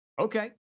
Okay